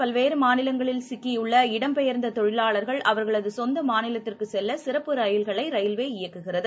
பல்வேறுமாநிலங்களில் ஊரடங்கால் சிக்கியுள்ள இடம்பெயர்ந்ததொழிலாளர்கள் அவர்களதுசொந்தமாநிலத்திற்குசெல்லசிறப்பு ரயில்களைரயில்வே இயக்குகிறது